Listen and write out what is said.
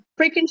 freaking